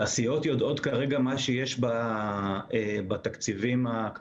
התעשיות יודעות כרגע מה שיש בתקציבים הרב-שנתיים